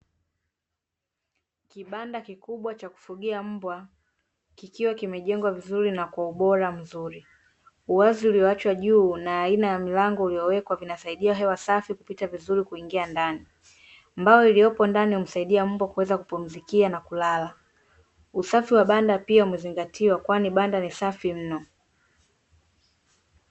Kibanda kikubwa cha kufugia mbwa kikiwa kimejengwa vizuri na kwa ubora mzuri. Uwazi ulioachwa juu na aina ya mlango uliowekwa vinasaidia hewa safi kupita vizuri kuingia ndani. Mbao iliyopo ndani humsaidia mbwa kuweza kupumzikia na kulala. Usafi wa banda pia umezingatiwa kwani banda ni safi mno.